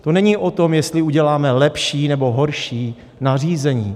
To není o tom, jestli uděláme lepší nebo horší nařízení.